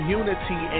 unity